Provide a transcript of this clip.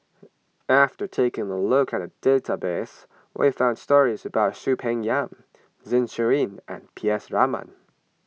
after taking a look at the database we found stories about Soon Peng Yam Zeng Shouyin and P S Raman